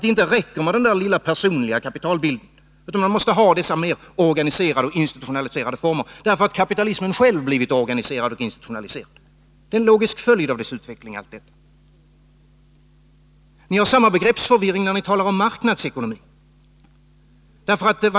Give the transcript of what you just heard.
Det räcker inte med den där lilla personliga kapitalbildningen, utan man måste ha dessa mer organiserade och institutionaliserade former, därför att kapitalismen själv har blivit organiserad och institutionaliserad. Allt detta är en logisk följd av utvecklingen. Ni har samma begreppsförvirring när ni talar om marknadsekonomin.